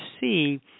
see